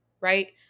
Right